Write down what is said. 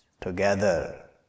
together